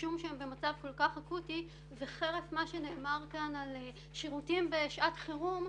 משום שהם במצב כל כך אקוטי וחרף מה שנאמר כאן על שירותים בשעת חירום,